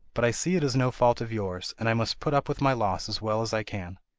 but i see it is no fault of yours, and i must put up with my loss as well as i can.